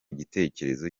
gitekerezo